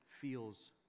feels